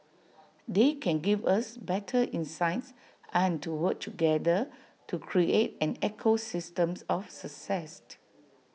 they can give us better insights and to work together to create an ecosystems of success